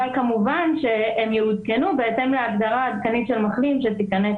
אבל כמובן שהם יעודכנו בהתאם להגדרה העדכנית של מחלים שתיכנס